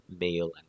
meal